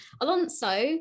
Alonso